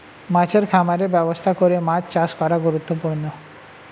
মাছের খামারের ব্যবস্থা করে মাছ চাষ করা গুরুত্বপূর্ণ